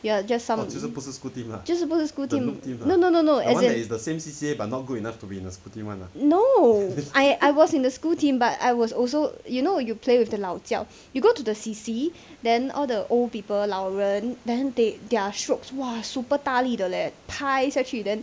you are just some 就是不是 school team no no no no as in no I I was in the school team but I was also you know you play with the 老 jiao you go to the C_C then all the old people 老人 then they their strokes !wah! super 大力的 leh 拍下去 then